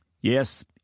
Yes